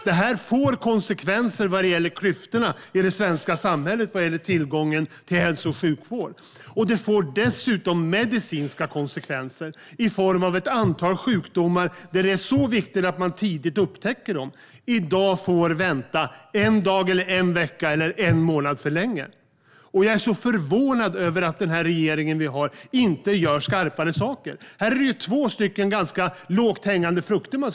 Detta får konsekvenser för klyftorna i det svenska samhället när det gäller tillgången till hälso och sjukvård. Det får dessutom medicinska konsekvenser vid ett antal sjukdomar där tidig upptäckt är mycket viktig. I dag kan man få vänta en dag, en vecka eller en månad för länge. Jag är förvånad över att regeringen inte gör skarpare saker. Här har vi två ganska lågt hängande frukter.